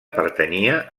pertanyia